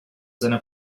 seiner